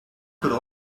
could